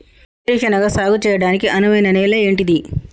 వేరు శనగ సాగు చేయడానికి అనువైన నేల ఏంటిది?